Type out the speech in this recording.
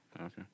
Okay